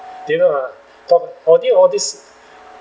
do you know ah talk I think all these